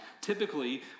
Typically